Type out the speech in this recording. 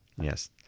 Yes